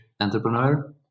entrepreneur